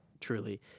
truly